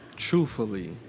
Truthfully